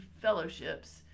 fellowships